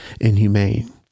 inhumane